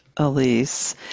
Elise